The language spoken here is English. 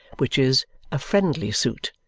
which is a friendly suit,